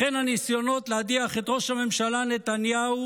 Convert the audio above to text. לכן הניסיונות להדיח את ראש הממשלה נתניהו